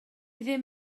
ddim